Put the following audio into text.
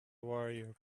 warrior